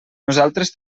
nosaltres